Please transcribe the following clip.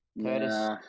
Curtis